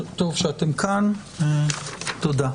טוב שאתם כאן, תודה.